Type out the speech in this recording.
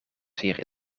zeer